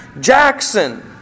Jackson